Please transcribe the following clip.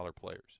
players